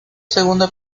segunda